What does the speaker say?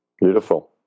Beautiful